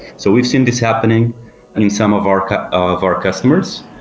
so we've seen this happening in some of our of our customers.